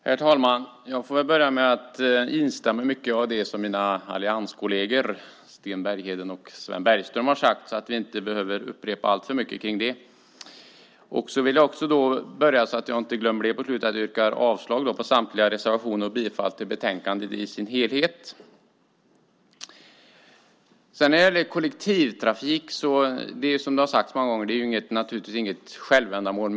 Herr talman! Jag får börja med att instämma i mycket av det som mina allianskolleger Sten Bergheden och Sven Bergström har sagt, så att vi inte behöver upprepa alltför mycket av det. Dessutom vill jag, så att jag inte glömmer det på slutet, yrka avslag på samtliga reservationer och bifall till utskottets alla förslag. Kollektivtrafik är, som har sagts många gånger, naturligtvis inget självändamål.